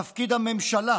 תפקיד הממשלה